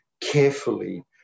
carefully